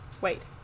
wait